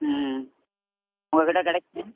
ம் உங்கள்கிட்ட கிடைக்குமா